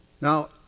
Now